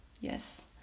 Yes